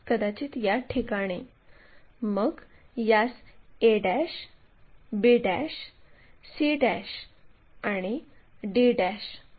कदाचित या ठिकाणी मग यास a b c आणि c d असे म्हणू